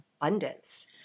abundance